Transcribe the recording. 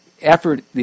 effort